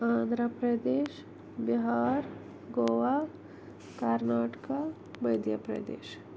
Andhra Pradesh Bihar Goa Karnataka Madhya Pradesh